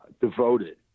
devoted